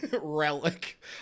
relic